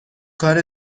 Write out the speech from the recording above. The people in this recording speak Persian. کار